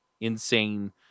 insane